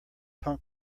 punk